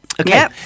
okay